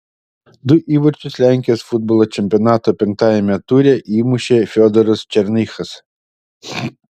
du įvarčius lenkijos futbolo čempionato penktajame ture įmušė fiodoras černychas